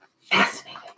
Fascinating